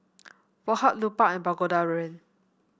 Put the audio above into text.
Woh Hup Lupark and Pagoda Brand